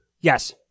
Yes